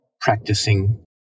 practicing